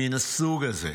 מן הסוג הזה,